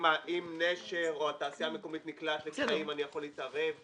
אם "נשר" או התעשייה המקומית נקלעים לקשיים אני יכול להתערב,